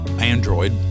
Android